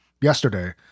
yesterday